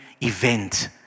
event